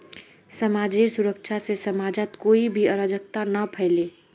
समाजेर सुरक्षा से समाजत कोई भी अराजकता ना फैले